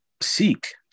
seek